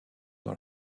dans